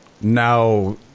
Now